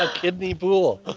ah kidney pool!